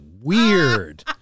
weird